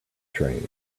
train